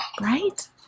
right